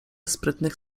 sprytnych